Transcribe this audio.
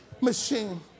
machine